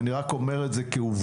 אני רק אומר את זה כעובדה.